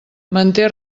manté